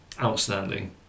outstanding